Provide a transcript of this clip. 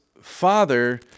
father